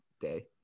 day